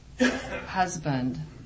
husband